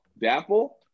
Dapple